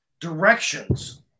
directions